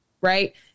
Right